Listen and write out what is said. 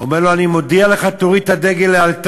הוא אומר לו: אני מודיע לך, תוריד את הדגל לאלתר.